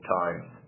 times